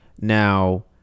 now